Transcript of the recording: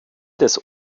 des